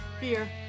Beer